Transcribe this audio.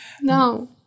No